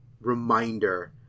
reminder